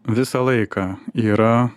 visą laiką yra